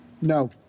No